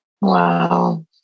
Wow